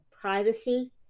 privacy